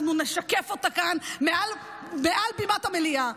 אנחנו נשקף אותה כאן מעל בימת המליאה.